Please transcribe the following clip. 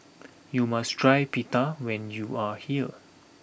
you must try pita when you are here